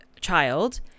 child